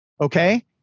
Okay